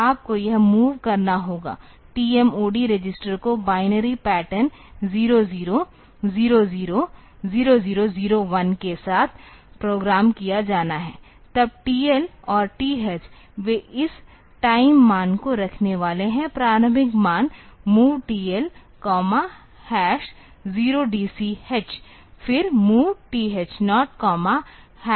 तो आपको यह MOV करना होगा TMOD रजिस्टर को बाइनरी पैटर्न 00000001 के साथ प्रोग्राम किया जाना है तब TL और TH वे इस टाइम मान को रखने वाले है प्रारंभिक मान MOV TL 0DCH फिर MOV TH0 0BX